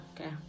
okay